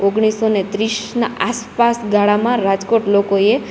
ઓગણીસોને ત્રીસના આસપાસ ગાળામાં રાજકોટ લોકોએ